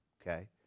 okay